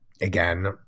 again